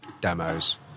demos